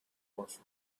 was